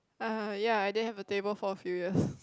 uh ya I don't have a table for a few years